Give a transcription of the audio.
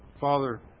Father